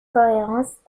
cohérence